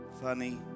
funny